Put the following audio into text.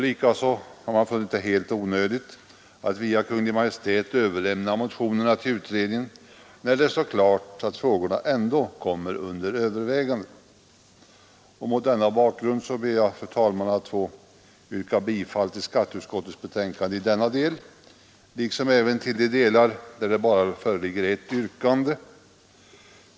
Likaså har man ansett det helt onödigt att via Kungl. Maj:t överlämna motionerna till utredningen, när det står klart att frågorna ändå kommer under övervägande. Mot denna bakgrund ber jag, fru talman, att få yrka bifall till skatteutskottets betänkande i denna del liksom även i de delar där det bara föreligger ett enda yrkande.